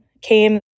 came